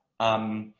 um,